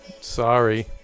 Sorry